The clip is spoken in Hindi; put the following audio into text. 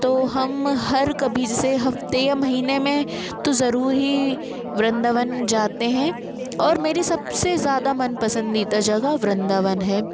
तो हम हर कभी जैसे हफ़्ते या महीने में तो ज़रूर ही वृंदावन जाते हैं और मेरी सबसे ज़्यादा मन पसंदीदा जगह वृंदावन है